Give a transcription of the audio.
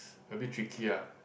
a bit tricky ah